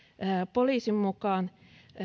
poliisin mukaan